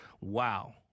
Wow